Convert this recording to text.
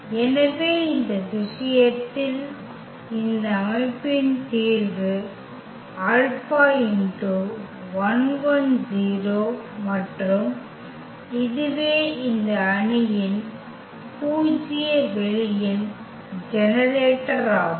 எனவே இந்த விஷயத்தில் இந்த அமைப்பின் தீர்வு மற்றும் இதுவே இந்த அணியின் பூஜ்ய வெளியின் ஜெனரேட்டராகும்